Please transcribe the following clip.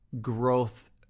growth